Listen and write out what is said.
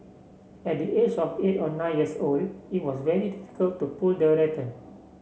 at the age of eight or nine years old it was very difficult to pull the rattan